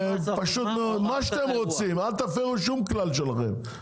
מה שאתם רוצים, אל תפרו שום כלל שלכם.